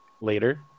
later